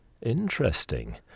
Interesting